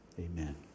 amen